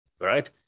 right